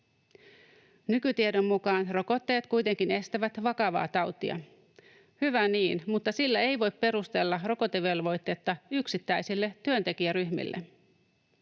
Nykytiedon mukaan rokotteet kuitenkin estävät vakavaa tautia. Hyvä niin, mutta sillä ei voi perustella rokotevelvoitetta yksittäisille työntekijäryhmille.